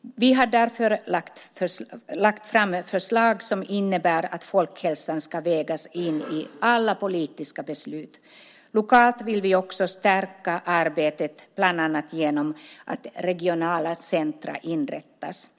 Vi har därför lagt fram förslag som innebär att folkhälsan ska vägas in i alla politiska beslut. Lokalt vill vi också stärka arbetet, bland annat genom att regionala centrum inrättas.